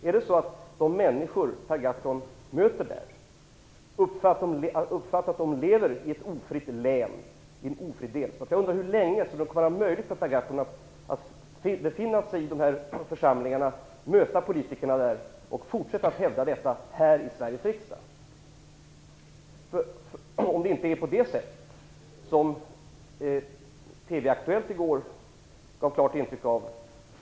Är det så att de människor som Per Gahrton möter där uppfattar det som att de lever i ett ofritt län i en ofri delstat? Jag undrar hur länge Per Gahrton kan befinna sig i dessa församlingar och möta politikerna där och ändå fortsätta att hävda detta här i Sveriges riksdag - om det nu inte är så som TV-Aktuellt i går gav ett klart intryck av.